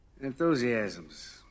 Enthusiasms